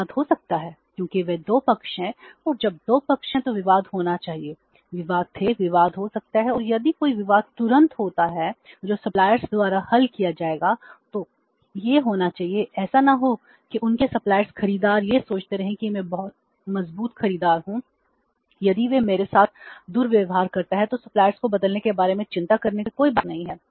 विवाद हो सकता है क्योंकि वे 2 पक्ष हैं और जब 2 पक्ष हैं तो विवाद होना चाहिए विवाद थे विवाद हो सकता है और यदि कोई विवाद तुरंत होता है जो सप्लायर्स को बदलने के बारे में चिंता करने की कोई बात नहीं है